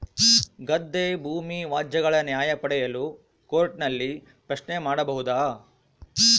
ಗದ್ದೆ ಭೂಮಿ ವ್ಯಾಜ್ಯಗಳ ನ್ಯಾಯ ಪಡೆಯಲು ಕೋರ್ಟ್ ನಲ್ಲಿ ಪ್ರಶ್ನೆ ಮಾಡಬಹುದಾ?